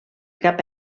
cap